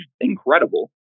incredible